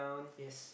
yes